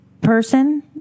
person